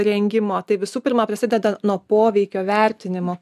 rengimo tai visų pirma prasideda nuo poveikio vertinimo